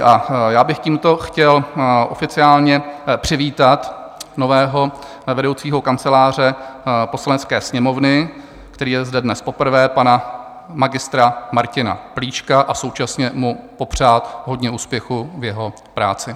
A já bych tímto chtěl oficiálně přivítat nového vedoucího Kanceláře Poslanecké sněmovny, který je zde dnes poprvé, pana Mgr. Martina Plíška, a současně mu popřát hodně úspěchů v jeho práci.